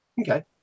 Okay